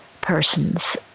persons